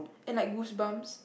and like goosebumps